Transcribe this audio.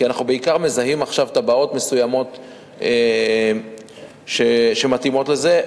כי אנחנו בעיקר מזהים עכשיו תב"עות מסוימות שמתאימות לזה.